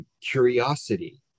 curiosity